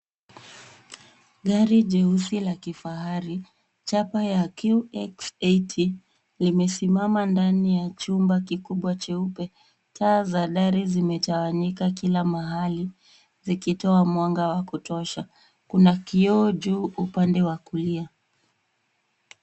Gari jeusi la kifahari chapa ya QX80 limesimama ndani ya chumba kikubwa cheupe. Taa za dari zimetawanyika kila mahali zikitoa mwanga wa kutosha. Kuna kioo juu upande wa kulia.